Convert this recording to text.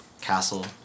castle